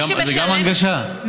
זה גם הנגשה?